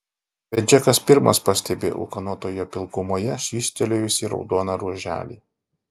bet džekas pirmas pastebi ūkanotoje pilkumoje švystelėjusį raudoną ruoželį